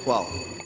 Hvala.